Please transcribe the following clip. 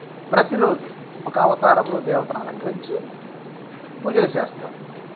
ప్రతిరోజు ఒక అవతారంలో దేవతను అలంకరించి పూజలు చేస్తారు